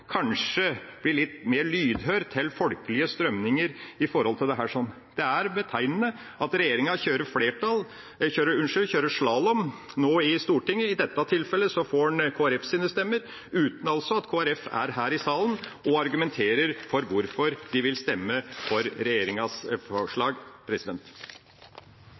kanskje blir litt mer lydhøre overfor folkelige strømninger når det gjelder dette. Det er betegnende at regjeringa nå kjører slalåm i Stortinget. I dette tilfellet får de Kristelig Folkepartis stemmer, altså uten at Kristelig Folkeparti er her i salen og argumenterer for hvorfor de vil stemme for regjeringas forslag.